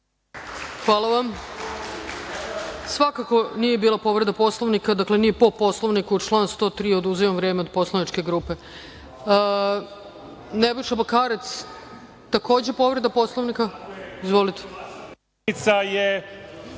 Hvala vam. Svakako nije bila povreda Poslovnika. Dakle, ni po Poslovniku, član 103, oduzimam vreme od poslaničke grupe. Nebojša Bakarec, takođe povreda Poslovnika. Izvolite.